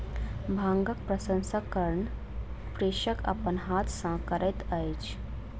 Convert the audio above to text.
भांगक प्रसंस्करण कृषक अपन हाथ सॅ करैत अछि